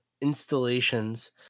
installations